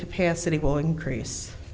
capacity will increase